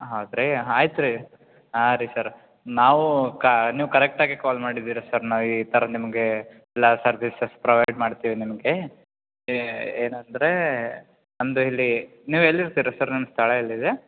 ಹೌದು ರೀ ಆಯ್ತು ರೀ ಹಾಂ ರೀ ಸರ ನಾವು ಕಾ ನೀವು ಕರೆಕ್ಟ್ ಆಗೇ ಕಾಲ್ ಮಾಡಿದ್ದೀರಾ ಸರ್ ನಾ ಈ ಥರ ನಿಮಗೆ ಎಲ್ಲ ಸರ್ವಿಸಸ್ ಪ್ರೊವೈಡ್ ಮಾಡ್ತೀವಿ ನಿಮಗೆ ಏ ಏನಂದರೆ ಅಂದರೆ ಇಲ್ಲಿ ನೀವು ಎಲ್ಲಿರ್ತೀರಾ ಸರ್ ನಿಮ್ಮ ಸ್ಥಳ ಎಲ್ಲಿದೆ